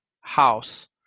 house